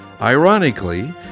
Ironically